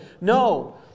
No